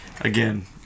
again